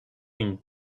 une